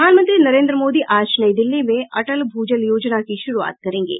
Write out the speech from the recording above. प्रधानमंत्री नरेन्द्र मोदी आज नई दिल्ली में अटल भूजल योजना की शुरूआत करेंगे